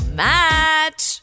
match